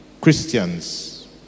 Christians